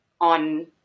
on